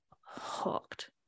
hooked